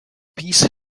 peace